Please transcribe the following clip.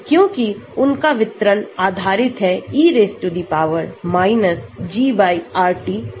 क्योंकि उनका वितरण आधारित है e GRT पर